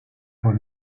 por